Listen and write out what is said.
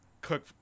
Cook